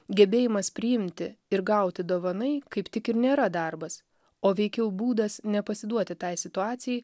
gebėjimas priimti ir gauti dovanai kaip tik ir nėra darbas o veikiau būdas nepasiduoti tai situacijai